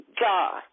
God